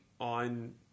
on